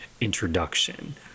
introduction